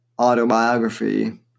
autobiography